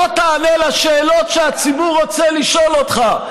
בוא תענה על שאלות שהציבור רוצה לשאול אותך.